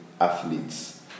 athletes